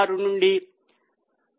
36 నుండి 0